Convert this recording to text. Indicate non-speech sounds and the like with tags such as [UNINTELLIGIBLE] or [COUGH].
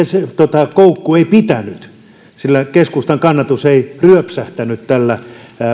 [UNINTELLIGIBLE] se koukku ei pitänyt sillä keskustan kannatus ei ryöpsähtänyt tällä